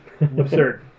absurd